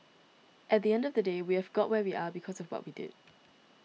at the end of the day we have got where we are because of what we did